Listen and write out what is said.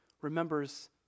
remembers